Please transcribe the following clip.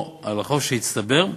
או על החוב שהצטבר,